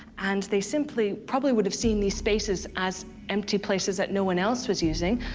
and they simply probably would have seen these spaces as empty places that no one else was using,